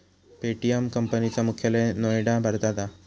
Paytm company चा मुख्यालय नोएडा भारतात हा